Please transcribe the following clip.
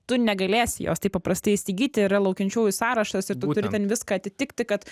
tu negalėsi jos taip paprastai įsigyti yra laukiančiųjų sąrašas ir tu turi ten viską atitikti kad